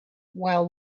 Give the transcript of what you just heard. while